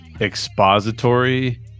expository